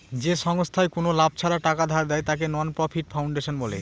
যে সংস্থায় কোনো লাভ ছাড়া টাকা ধার দেয়, তাকে নন প্রফিট ফাউন্ডেশন বলে